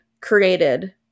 created